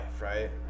right